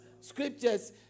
scriptures